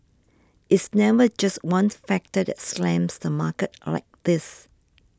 it's never just one factor that slams the market like this